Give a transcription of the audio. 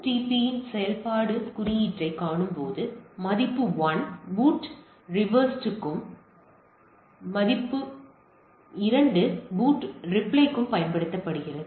BOOTP இன் செயல்பாட்டு குறியீட்டை காணும் பொழுது மதிப்பு 1 பூட் ரிக்வெஸ்ட்க்கும் மதிப்பு 2 பூட் ரிப்ளைக்கும் பயன்படுத்தப்படுகிறது